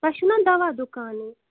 تۄہہِ چھُو نہ دَوا دُکانٕے